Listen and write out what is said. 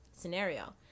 scenario